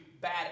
bad